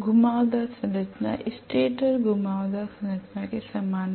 घुमावदार संरचना स्टेटर घुमावदार संरचना के समान है